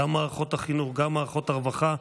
גם מערכות החינוך, גם מערכות הרווחה.